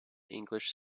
english